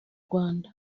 rwanda